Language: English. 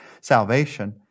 salvation